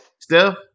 Steph